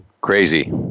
crazy